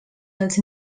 els